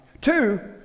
Two